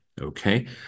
okay